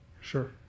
Sure